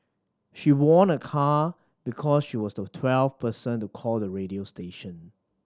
she won a car because she was the twelfth person to call the radio station